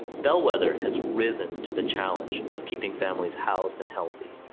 bellwether has risen to the challenge of keeping families housed and healthy.